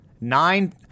Nine